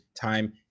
Time